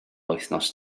wythnos